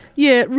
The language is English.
yeah,